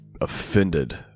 offended